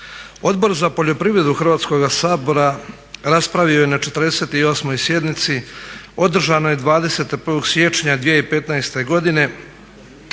Odbor za poljoprivredu Hrvatskoga sabora raspravio je na 48. sjednici Održanoj 21. siječnja 2015. godine